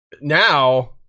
now